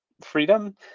freedom